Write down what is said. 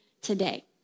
today